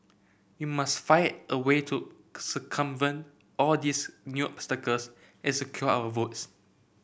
we must find a way to circumvent all these new obstacles and secure our votes